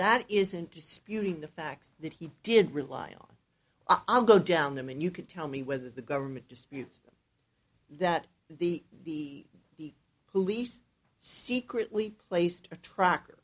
that isn't disputing the facts that he did rely on i'll go down them and you could tell me whether the government disputes that the the the police secretly placed a truck